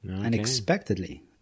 unexpectedly